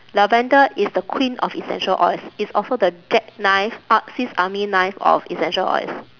lavender is the queen of essential oils it's also the jack knife up swiss army knife of essential oils